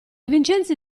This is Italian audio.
vincenzi